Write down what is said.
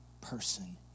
person